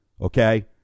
Okay